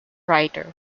writer